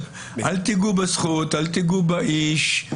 אל תיגעו בזכות, אל תיגעו באיש.